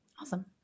Awesome